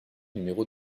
numéro